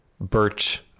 Birch